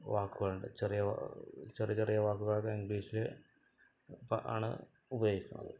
വാക്കുകളുണ്ട് ചെറിയ വാ ചെറിയ ചെറിയ വാക്കുകളൊക്കെ ഇംഗ്ലീഷിൽ ഇപ്പം ആണ് ഉപയോഗിക്കണത്